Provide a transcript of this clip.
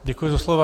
Děkuji za slovo.